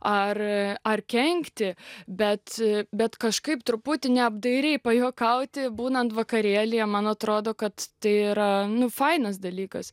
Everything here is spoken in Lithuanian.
ar ar kenkti bet bet kažkaip truputį neapdairiai pajuokauti būnant vakarėlyje man atrodo kad tai yra nu fainas dalykas